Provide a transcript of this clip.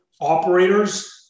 operators